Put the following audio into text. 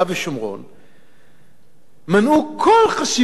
מנע כל חשיבה משפטית יצירתית אחרת,